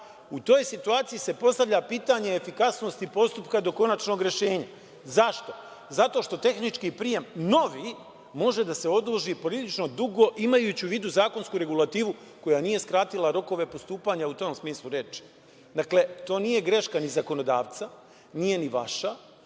u toj situaciji se postavlja pitanje efikasnosti postupka do konačnog rešenja. Zašto? Zato što tehnički prijem novi može da se odloži prilično dugo imajući u vidu zakonsku regulativu koja nije skratila rokove postupanja u tom smislu reči. Dakle, to nije greška ni zakonodavca, nije ni vaša,